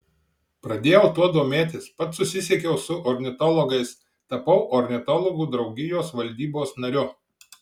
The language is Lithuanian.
pradėjau tuo domėtis pats susisiekiau su ornitologais tapau ornitologų draugijos valdybos nariu